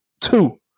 Two